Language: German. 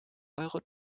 euro